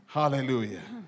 hallelujah